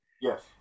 Yes